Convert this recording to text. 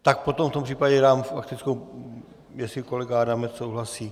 Tak potom v tom případě dám faktickou, jestli kolega Adamec souhlasí.